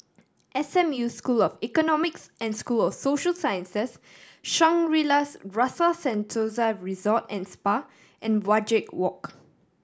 S M U School of Economics and School of Social Sciences Shangri La's Rasa Sentosa Resort and Spa and Wajek Walk